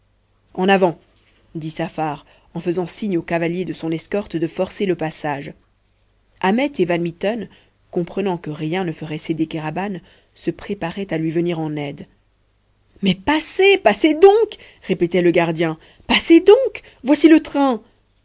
en avant dit saffar en faisant signe aux cavaliers de son escorte de forcer le passage ahmet et van mitten comprenant que rien ne ferait céder kéraban se préparaient à lui venir en aide mais passez passez donc répétait le gardien passez donc voici le train